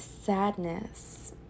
sadness